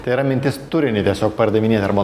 tai yra mintis turinį tiesiog pardavinėt arba